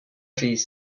these